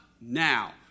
now